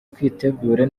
twitegure